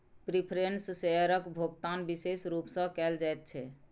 preference शेयरक भोकतान बिशेष रुप सँ कयल जाइत छै